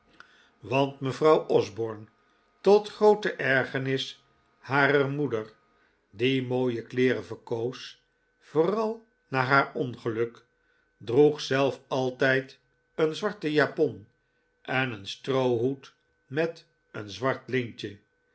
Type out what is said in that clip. want mevrouw osborne tot groote ergernis harer moeder die mooie kleeren verkoos vooral na haar ongeluk droeg zelf altijd een zwarte japon en een stroohoed met een zwart lintje